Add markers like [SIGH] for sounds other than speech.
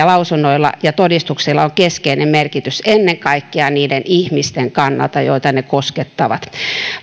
[UNINTELLIGIBLE] lausunnoilla ja todistuksilla on keskeinen merkitys ennen kaikkea niiden ihmisten kannalta joita ne koskettavat